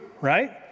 right